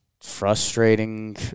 frustrating